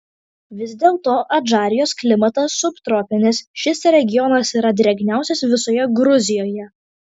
vis dėlto adžarijos klimatas subtropinis šis regionas yra drėgniausias visoje gruzijoje